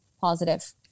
positive